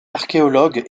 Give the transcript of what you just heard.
archéologue